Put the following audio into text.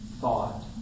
thought